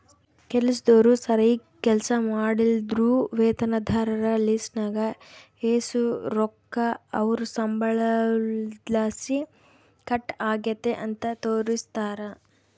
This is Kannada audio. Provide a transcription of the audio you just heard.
ಕೆಲಸ್ದೋರು ಸರೀಗ್ ಕೆಲ್ಸ ಮಾಡ್ಲಿಲ್ಲುದ್ರ ವೇತನದಾರರ ಲಿಸ್ಟ್ನಾಗ ಎಷು ರೊಕ್ಕ ಅವ್ರ್ ಸಂಬಳುದ್ಲಾಸಿ ಕಟ್ ಆಗೆತೆ ಅಂತ ತೋರಿಸ್ತಾರ